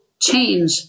change